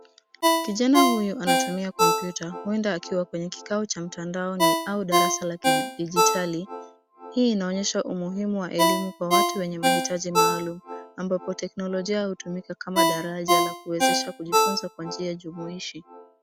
Kijana huyu anatumia kompyuta huenda akiwa kikao cha mtandaoni au darasa la kidigitali. Hii inoonyesha umuhimu wa elimu kwa watu wenye mahitaji maalumu, ambapo teknolojia hutumika kama daraja la kuwawezesha kujifunza kwa njia jumuishi.